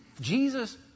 Jesus